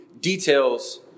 details